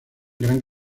gran